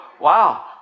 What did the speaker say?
wow